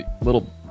little